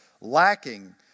lacking